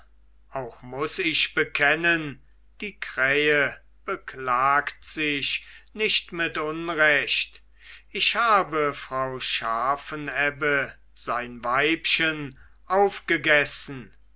auch muß ich bekennen die krähe beklagt sich nicht mit unrecht ich habe frau scharfenebbe sein weibchen aufgegessen